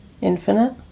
infinite